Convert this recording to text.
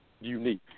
unique